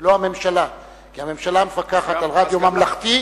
ולא הממשלה, כי הממשלה מפקחת על רדיו ממלכתי.